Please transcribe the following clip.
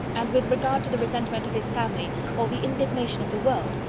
and with regard to the resentment of his family, or the indignation of the world,